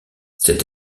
cette